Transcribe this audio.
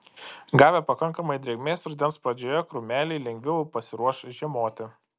gavę pakankamai drėgmės rudens pradžioje krūmeliai lengviau pasiruoš žiemoti